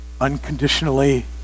unconditionally